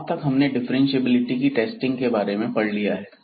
अब तक हमने डिफरेंटशिएबिलिटी की टेस्टिंग के बारे में पढ़ लिया है